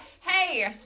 Hey